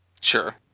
Sure